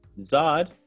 Zod